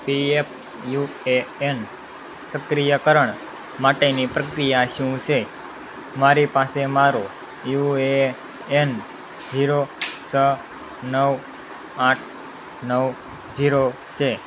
PF U A N સક્રિયકરણ માટેની પ્રક્રિયા શું છે મારી પાસે મારો યુ એ એન જીરો છ નવ આઠ નવ જીરો છે